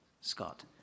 Scott